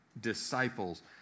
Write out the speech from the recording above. disciples